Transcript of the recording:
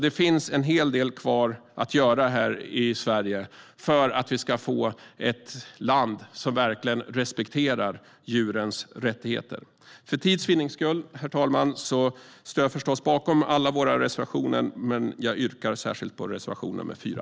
Det finns alltså en hel del kvar att göra här i Sverige för att vi ska bli ett land som verkligen respekterar djurens rättigheter. Jag står förstås bakom alla våra reservationer, herr talman, men för tids vinnande yrkar jag bifall bara till reservation nr 4.